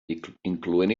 incloent